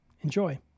Enjoy